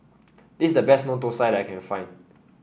this is the best thosai that I can find